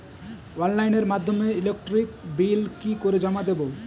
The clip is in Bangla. অনলাইনের মাধ্যমে ইলেকট্রিক বিল কি করে জমা দেবো?